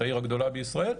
העיר הגדולה בישראל.